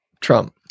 trump